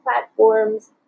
platforms